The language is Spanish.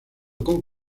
con